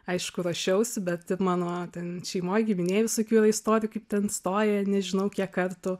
aišku ruošiausi bet mano ten šeimoj giminėj visokių istorijų kaip ten stoja nežinau kiek kartų